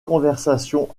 conversation